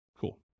Cool